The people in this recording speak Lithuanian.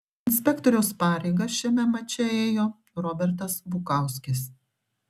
inspektoriaus pareigas šiame mače ėjo robertas bukauskis